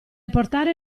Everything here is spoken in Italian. portare